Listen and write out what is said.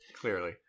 Clearly